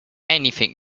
anything